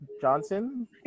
Johnson